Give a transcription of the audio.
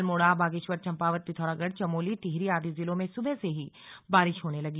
अल्मोड़ा बागेश्वर चंपावत पिथौरागढ़ चमोली टिहरी आदि जिलों में सुबह से ही बारिश होने लगी